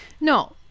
No